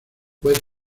juez